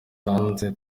hanze